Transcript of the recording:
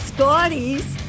Scotty's